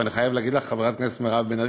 ואני חייב להגיד לך, חברת הכנסת מירב בן ארי,